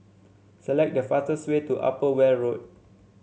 select the way to Upper Weld Road